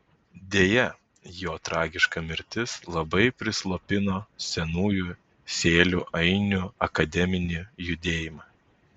deja jo tragiška mirtis labai prislopino senųjų sėlių ainių akademinį judėjimą